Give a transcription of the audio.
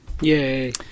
Yay